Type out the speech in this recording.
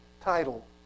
title